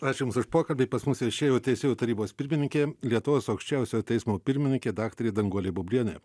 ačiū jums už pokalbį pas mus viešėjo teisėjų tarybos pirmininkė lietuvos aukščiausiojo teismo pirmininkė daktarė danguolė bublienė